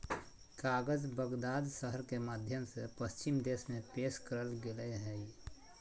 कागज बगदाद शहर के माध्यम से पश्चिम देश में पेश करल गेलय हइ